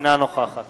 אינה נוכחת